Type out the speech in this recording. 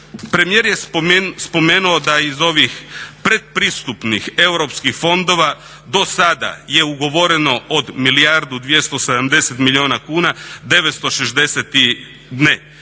Premijer je spomenuo da iz ovih pretpristupnih europskih fondova do sada je ugovoreno od milijardu 270 milijuna kuna 76% i